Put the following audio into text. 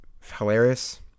hilarious